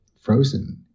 frozen